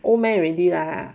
old man already lah